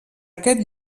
aquest